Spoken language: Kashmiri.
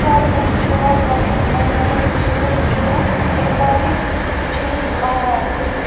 کیٛاہ تُہۍ چھُوا دۄدٕکۍ بَنیمٕتۍ چیٖز جوٗس تہوارٕکۍ چیٖز تھاوان